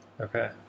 Okay